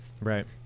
Right